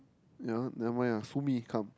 ya never mind ah sue me come